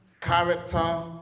Character